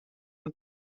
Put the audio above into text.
mijn